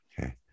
Okay